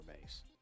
base